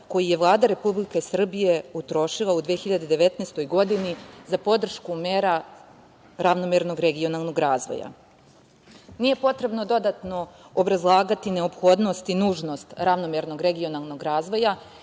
koji je Vlada Republike Srbije utrošila u 2019. godini za podršku mera ravnomernog regionalnog razvoja. Nije potrebno dodatno obrazlagati neophodnost i nužnost ravnomernog regionalnog razvoja